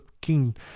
King